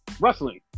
wrestling